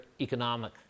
economic